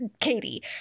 Katie